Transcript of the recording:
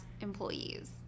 employees